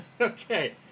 Okay